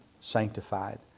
sanctified